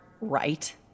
right